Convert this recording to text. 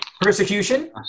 persecution